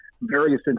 various